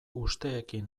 usteekin